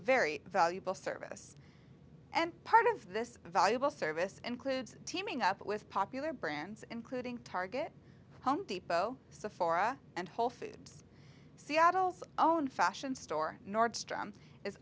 very valuable service and part of this valuable service includes teaming up with popular brands including target home depot so for a and whole foods seattle's own fashion store nordstrom is